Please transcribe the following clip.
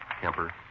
Kemper